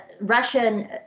Russian